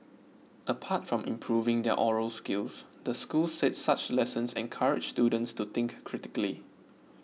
apart from improving their oral skills the school said such lessons encourage students to think critically